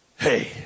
Hey